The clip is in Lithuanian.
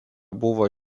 buvo